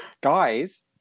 guys